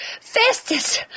Festus